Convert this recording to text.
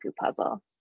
puzzle